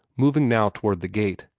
moving now toward the gate.